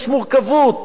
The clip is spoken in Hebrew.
יש מורכבות,